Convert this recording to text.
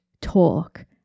talk